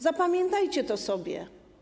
Zapamiętajcie to sobie.